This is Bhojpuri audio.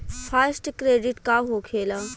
फास्ट क्रेडिट का होखेला?